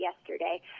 yesterday